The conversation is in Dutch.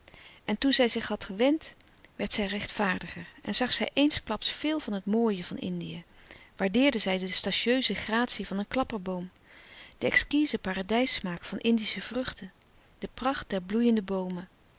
en toen zij zich had gewend werd zij rechtvaardiger en zag zij eensklaps veel van het mooie van indië waardeerde zij de statieuze gratie van een klapperboom de exquize paradijssmaak van indische vruchten de pracht der bloeiende boomen